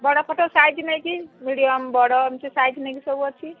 ବଡ଼ photo size ନେଇକି medium ବଡ଼ ଏମିତି ସାଇଜ୍ ନେଇକି ସବୁ ଅଛି